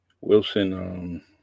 Wilson